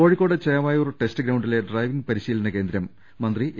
Kozhikode Chevayur test ഗ്രൌണ്ടിലെ driving പരിശീ ലന കേന്ദ്രം മന്ത്രി എ